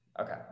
Okay